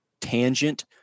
tangent